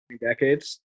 decades